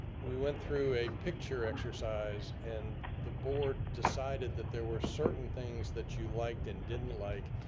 we went through a picture exercise and the board decided that there were certain things that you liked and didn't like.